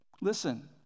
Listen